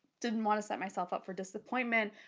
didn't want to set myself up for disappointment.